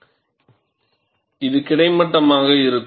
எனவே இது கிடைமட்டமாக இருக்கும்